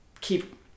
keep